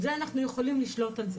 בזה אנחנו יכולים לשלוט.